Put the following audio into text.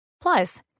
plus